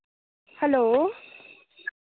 hello